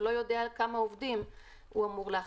הוא לא יודע כמה עובדים הוא אמור לאכלס.